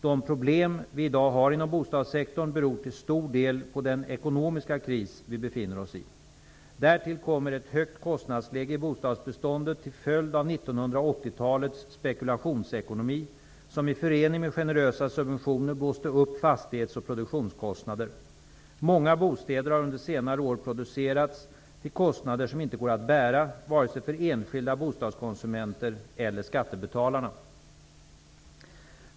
De problem vi i dag har inom bostadssektorn beror till stor del på den ekonomiska kris vi befinner oss i. Därtill kommer ett högt kostnadsläge i bostadsbeståndet till följd av 1980-talets spekulationsekonomi som i förening med generösa subventioner blåste upp fastighetsoch produktionskostnader. Många bostäder har under senare år producerats till kostnader som inte går att bära, vare sig för enskilda bostadskonsumenter eller skattebetalarna.